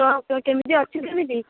କହ କେମିତି ଅଛୁ କେମିତି